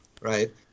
right